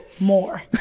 more